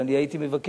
אבל אני הייתי מבקש,